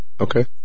Okay